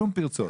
שום פרצות.